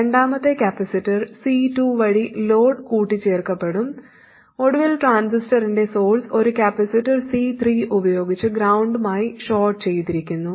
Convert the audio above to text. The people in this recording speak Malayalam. രണ്ടാമത്തെ കപ്പാസിറ്റർ C2 വഴി ലോഡ് കൂട്ടിച്ചേർക്കപ്പെടും ഒടുവിൽ ട്രാൻസിസ്റ്ററിന്റെ സോഴ്സ് ഒരു കപ്പാസിറ്റർ C3 ഉപയോഗിച്ച് ഗ്രൌണ്ടുമായി ഷോർട്ട് ചെയ്തിരിക്കുന്നു